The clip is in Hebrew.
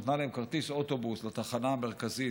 נתנה להם כרטיס אוטובוס לתחנה המרכזית,